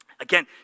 Again